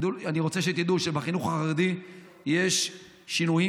אני רוצה שתדעו שבחינוך החרדי יש שינויים